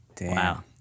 Wow